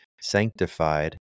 sanctified